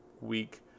week